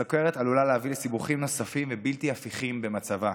הסוכרת עלולה להביא לסיבוכים נוספים ובלתי הפיכים במצבה.